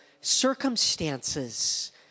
circumstances